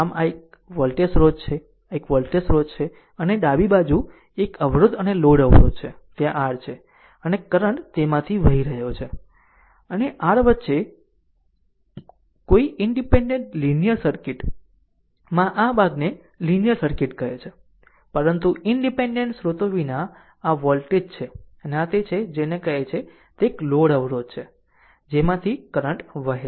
આમ એક વોલ્ટેજ સ્રોત છે એક વોલ્ટેજ સ્રોત છે અને અહીં ડાબી બાજુ એક અવરોધ અને લોડ અવરોધ છે ત્યાં r છે અને કરંટ તેમાંથી વહી રહ્યો છે અને r વચ્ચે કોઈ ઈનડીપેન્ડેન્ટ લીનીયર સર્કિટ માં આ ભાગને લીનીયર સર્કિટ કહે છે પરંતુ ઈનડીપેન્ડેન્ટ સ્રોતો વિના આ વોલ્ટેજ છે અને આ તે છે જેને આ કહે છે તે એક લોડ અવરોધ r છે જે તેમાંથી કરંટ વહે છે